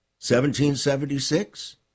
1776